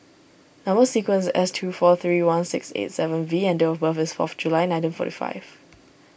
Number Sequence is S two four three one six eight seven V and date of birth is fourth July nineteen forty five